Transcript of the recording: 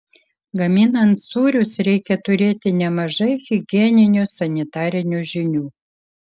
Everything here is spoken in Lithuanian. gaminant sūrius reikia turėti nemažai higieninių sanitarinių žinių